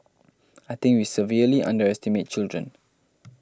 I think we severely underestimate children